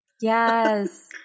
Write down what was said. Yes